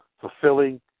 fulfilling